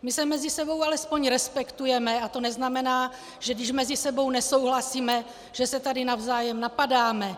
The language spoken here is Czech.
My se mezi sebou alespoň respektujeme a to neznamená, že když mezi sebou nesouhlasíme, že se tady navzájem napadáme.